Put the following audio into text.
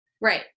Right